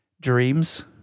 dreams